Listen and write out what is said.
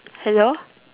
hello